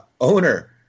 owner